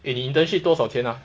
eh 你 internship 多少钱啊